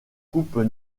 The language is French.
coupes